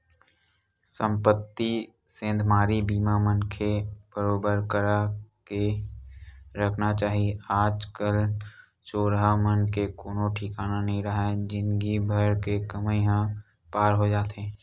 संपत्ति सेंधमारी बीमा मनखे बरोबर करा के रखना चाही आज कल चोरहा मन के कोनो ठिकाना नइ राहय जिनगी भर के कमई ह पार हो जाथे